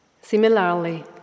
Similarly